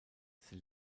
sie